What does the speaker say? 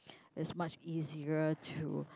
is much easier to